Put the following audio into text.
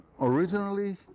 originally